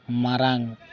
ᱢᱟᱨᱟᱝ